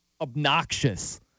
obnoxious